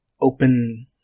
open